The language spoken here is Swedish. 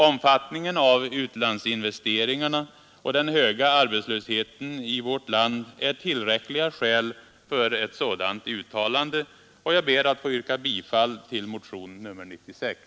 Omfattningen av utlandsinvesteringarna och den höga arbetslösheten i vårt land är tillräckliga skäl för ett sådant uttalande, och jag ber att få yrka bifall till motionen 96.